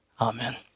Amen